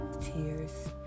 tears